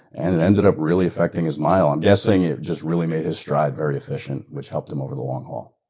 and it ended up really affecting his mile. i'm guessing it just really made his stride very efficient, which helped him over the long haul.